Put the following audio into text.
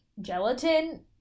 gelatin